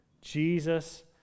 Jesus